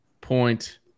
point